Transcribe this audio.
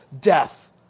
death